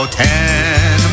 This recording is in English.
ten